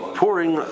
pouring